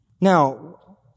Now